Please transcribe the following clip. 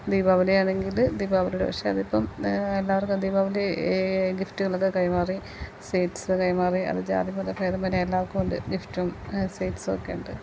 ദീപാവലിയാണെങ്കിൽ ദീപാവലിയുടെ പക്ഷെ അതിപ്പം എല്ലാവർക്കും ദീപാവലി ഗിഫ്റ്റ്കളൊക്കെ കൈമാറി സ്വീറ്റ്സ് കൈ മാറി അത് ജാതിമതഭേദമെന്യേ എല്ലാവർക്കുമുണ്ട് ഗിഫ്റ്റും സ്വീറ്റ്സ് ഒക്കെയുണ്ട്